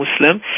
Muslim